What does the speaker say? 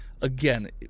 again